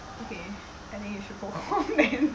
okay I think you should go home then